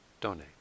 donate